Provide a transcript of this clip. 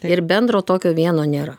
ir bendro tokio vieno nėra